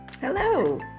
Hello